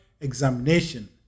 examination